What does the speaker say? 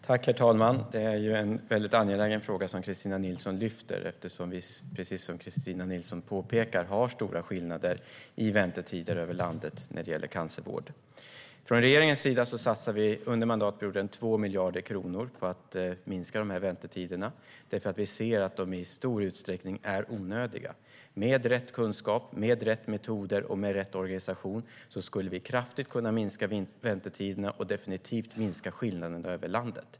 Herr talman! Det är en angelägen fråga som Kristina Nilsson lyfter upp, eftersom vi, precis som hon påpekar, har stora skillnader i väntetider över landet när det gäller cancervård. Regeringen satsar under mandatperioden 2 miljarder kronor på att minska väntetiderna därför att vi i stor utsträckning ser att de är onödiga. Med rätt kunskap, metoder och organisation skulle vi kraftigt kunna minska väntetiderna och definitivt minska skillnaderna över landet.